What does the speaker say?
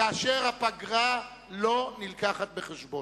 כאשר הפגרה לא מובאת בחשבון.